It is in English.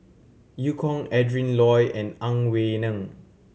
Eu Kong Adrin Loi and Ang Wei Neng